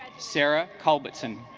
sara cole burton